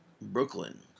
Brooklyn